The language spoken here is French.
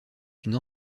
une